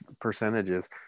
percentages